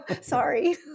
sorry